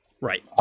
Right